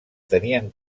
tenien